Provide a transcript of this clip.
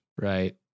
Right